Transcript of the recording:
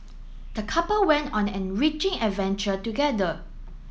the couple went on enriching adventure together